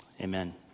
Amen